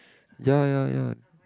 ya ya ya